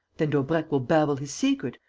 then daubrecq will babble his secret,